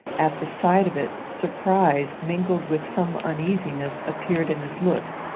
at the sight of it, surprise, mingled with some uneasiness, appeared in his looks.